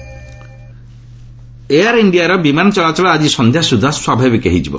air India air ଇଣ୍ଡିଆର ବିମାନ ଚଳାଚଳ ଆଜି ସନ୍ଧ୍ୟାସୁଦ୍ଧା ସ୍ୱାଭାବିକ ହୋଇଯିବ